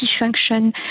function